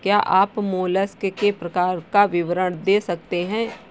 क्या आप मोलस्क के प्रकार का विवरण दे सकते हैं?